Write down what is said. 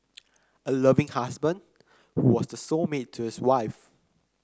a loving husband who was the soul mate to his wife